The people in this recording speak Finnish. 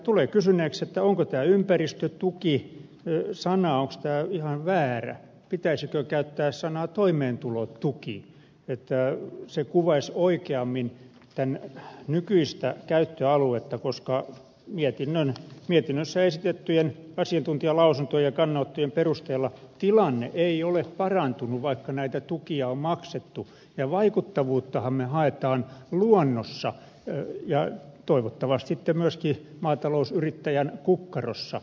tulee kysyneeksi onko tämä ympäristötuki sana ihan väärä pitäisikö käyttää sanaa toimeentulotuki että se kuvaisi oikeammin tuen nykyistä käyttöaluetta koska mietinnössä esitettyjen asiantuntijalausuntojen ja kannanottojen perusteella tilanne ei ole parantunut vaikka näitä tukia on maksettu ja vaikuttavuuttahan me haemme luonnossa ja toivottavasti sitten myöskin maatalousyrittäjän kukkarossa